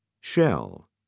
Shell